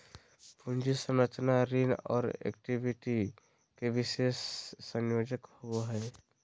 पूंजी संरचना ऋण और इक्विटी के विशेष संयोजन होवो हइ